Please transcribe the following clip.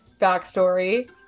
backstory